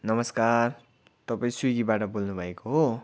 नमस्कार तपाईँ स्विगीबाट बोल्नुभएको हो